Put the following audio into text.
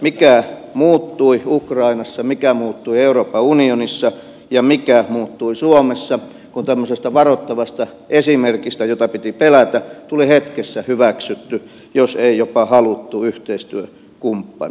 mikä muuttui ukrainassa mikä muuttui euroopan unionissa ja mikä muuttui suomessa kun tämmöisestä varoittavasta esimerkistä jota piti pelätä tuli hetkessä hyväksytty jos ei jopa haluttu yhteistyökumppani